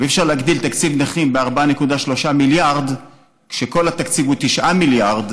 ואי-אפשר להגדיל תקציב נכים ב-4.3 מיליארד כשכל התקציב הוא 9 מיליארד.